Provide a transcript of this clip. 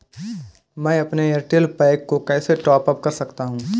मैं अपने Airtel pack को कैसे टॉप अप कर सकता हूँ?